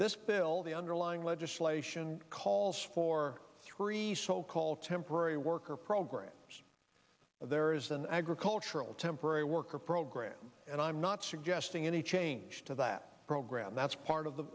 this bill the underlying legislation calls for three so called temporary worker program there is an agricultural temporary worker program and i'm not suggesting any change to that program that's part of the